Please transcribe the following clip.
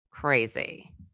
crazy